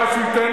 יפה.